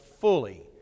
fully